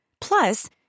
Plus